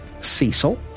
Cecil